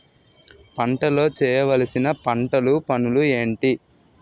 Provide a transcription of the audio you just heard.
పంటలో చేయవలసిన పంటలు పనులు ఏంటి?